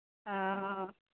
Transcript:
हॅं